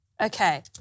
Okay